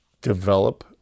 develop